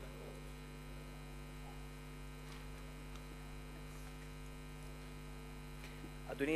אדוני